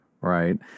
Right